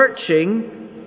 searching